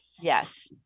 Yes